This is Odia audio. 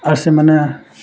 ଆର୍ ସେମାନେ